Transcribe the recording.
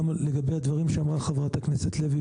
גם לגבי הדברים שאמרה חברת הכנסת לוי,